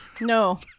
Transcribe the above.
No